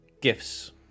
gifts